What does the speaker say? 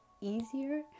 easier